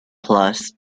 plus